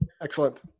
Excellent